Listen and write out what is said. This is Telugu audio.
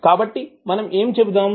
కాబట్టి మనం ఏమి చెబుదాం